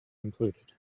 included